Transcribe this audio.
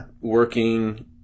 working